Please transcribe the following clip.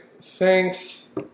thanks